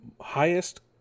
highest